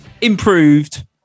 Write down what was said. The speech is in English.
Improved